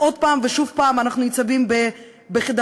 ושוב פעם אנחנו ניצבים בחידלון,